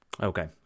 Okay